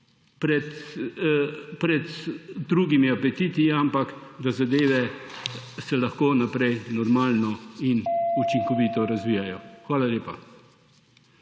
pred drugimi apetiti, da se lahko zadeve naprej normalno in učinkovito razvijajo? Hvala lepa.